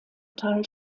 teil